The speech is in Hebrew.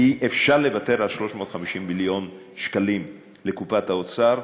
כי אפשר לוותר על 350 מיליון שקלים לקופת האוצר,